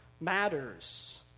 matters